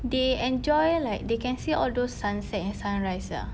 they enjoy like they can see all those sunset and sunrise sia